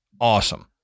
awesome